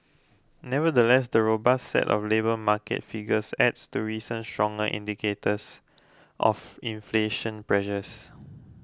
nevertheless the robust set of labour market figures adds to recent stronger indicators of inflation pressures